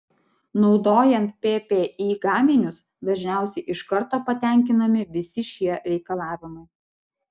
naudojant ppi gaminius dažniausiai iš karto patenkinami visi šie reikalavimai